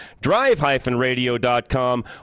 drive-radio.com